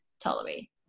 tolerate